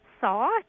saw